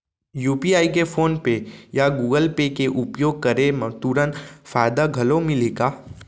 UPI के PhonePe या Google Pay के उपयोग करे म तुरंत फायदा घलो मिलही का?